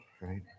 right